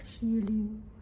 healing